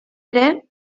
ere